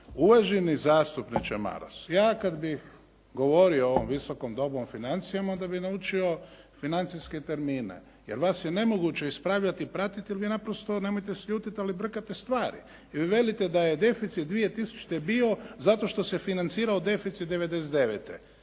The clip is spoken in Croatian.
Uvaženi zastupniče Maras, ja kad bih govorio u ovom Visokom domu o financijama onda bih naučio financijske termine jer vas je nemoguće ispravljati i pratiti jer vi naprosto, nemojte se ljutiti, ali brkate stvari. Vi velite da je deficit 2000. bio zato što se financirao deficit 1999.